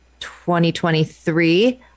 2023